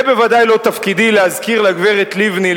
זה בוודאי לא תפקידי להזכיר לגברת לבני,